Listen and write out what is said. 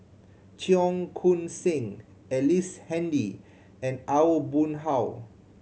Cheong Koon Seng Ellice Handy and Aw Boon Haw